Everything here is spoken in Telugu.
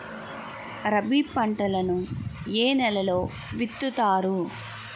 రబీ పంటలను ఏ నెలలో విత్తుతారు?